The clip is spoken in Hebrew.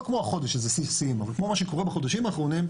לא כמו החודש שזה שיא השיאים אבל כמו מה שקורה בחודשים האחרונים,